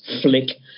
flick